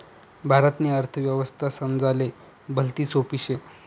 भारतनी अर्थव्यवस्था समजाले भलती सोपी शे